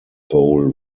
bowl